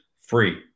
free